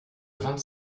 vingt